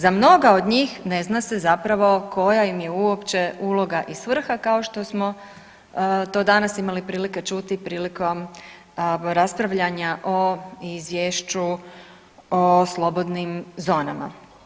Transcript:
Za mnoga od njih ne zna se zapravo koja im je uopće uloga i svrha kao što smo to danas imali prilike čuti prilikom raspravljanja o Izvješću o slobodnim zonama.